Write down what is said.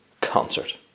concert